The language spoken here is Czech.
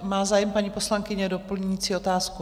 Má zájem paní poslankyně o doplňující otázku?